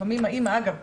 לפעמים האימא אגב,